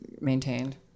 maintained